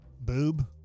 boob